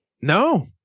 No